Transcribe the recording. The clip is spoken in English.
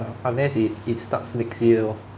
unless it it starts next year lor